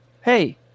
hey